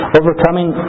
overcoming